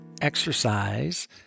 exercise